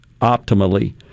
optimally